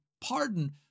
pardon